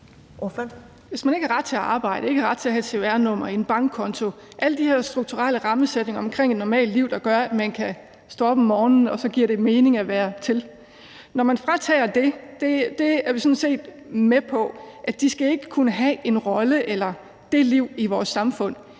At man ikke har ret til at arbejde og ikke har ret til at have et cvr-nummer og en bankkonto og alle de her strukturelle rammesætninger omkring et normalt liv, der gør, at man kan stå op om morgenen og det så giver mening at være til – at man fratager dem det – er vi sådan set med på, altså at de ikke skal kunne have en rolle eller det liv i vores samfund.